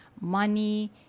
money